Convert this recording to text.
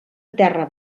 terra